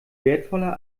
wertvoller